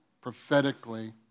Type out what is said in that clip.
prophetically